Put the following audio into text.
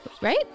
right